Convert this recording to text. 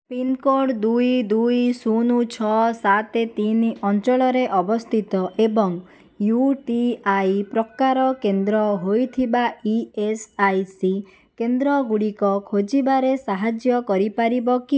pincode ଦୁଇ ଦୁଇ ଶୂନ ଛଅ ସାତ ତିନି ଅଞ୍ଚଳରେ ଅବସ୍ଥିତ ଏବଂ ୟୁ ଟି ଆଇ ପ୍ରକାର କେନ୍ଦ୍ର ହୋଇଥିବା ଇ ଏସ୍ ଆଇ ସି କେନ୍ଦ୍ର ଗୁଡ଼ିକ ଖୋଜିବାରେ ସାହାଯ୍ୟ କରିପାରିବ କି